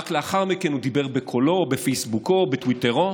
רק לאחר מכן הוא דיבר בקולו, בפייסבוקו, בטוויטרו.